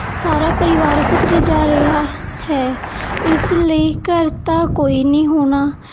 ਸਾਰਾ ਪਰਿਵਾਰ ਉੱਥੇ ਜਾ ਰਿਹਾ ਹੈ ਇਸ ਲਈ ਘਰ ਤਾਂ ਕੋਈ ਨਹੀਂ ਹੋਣਾ